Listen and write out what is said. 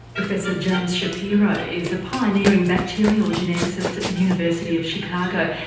professor james shapiro is a pioneering bacterial geneticist at the university of chicago.